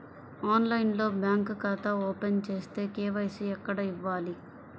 ఆన్లైన్లో బ్యాంకు ఖాతా ఓపెన్ చేస్తే, కే.వై.సి ఎక్కడ ఇవ్వాలి?